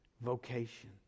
Vocation